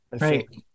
Right